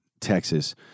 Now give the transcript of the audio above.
Texas